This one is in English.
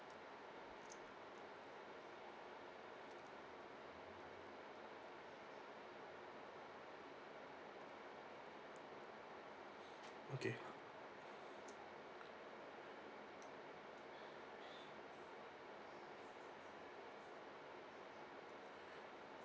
okay